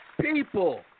People